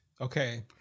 Okay